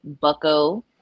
Bucko